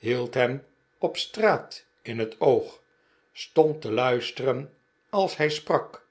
hield hem op straat in het oog stond te luisteren als hij sprak